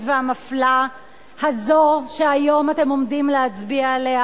והמפלה הזאת שהיום אתם עומדים להצביע עליה,